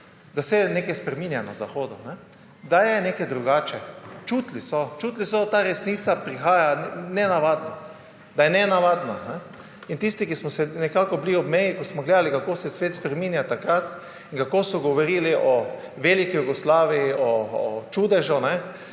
Da se nekaj spreminja na zahodu. Da je nekaj drugače. Čutili so, čutili so. Ta resnica prihaja nenavadno, da je nenavadno. In tisti, ki smo bili ob meji, ko smo gledali, kako se svet spreminja takrat in kako so govorili o veliki Jugoslaviji, o čudežu,